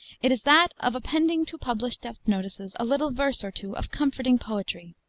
it is that of appending to published death-notices a little verse or two of comforting poetry.